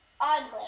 Oddly